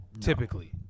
typically